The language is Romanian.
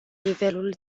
nivelul